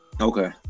Okay